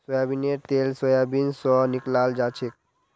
सोयाबीनेर तेल सोयाबीन स निकलाल जाछेक